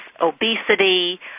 obesity